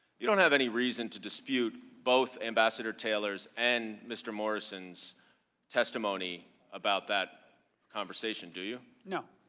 you don't have any reason to dispute both ambassador taylor's and mr. morrison's testimony about that conversation do you? no.